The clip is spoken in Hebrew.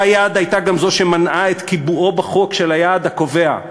אותה יד גם הייתה זו שמנעה את קיבועו בחוק של היעד הקובע,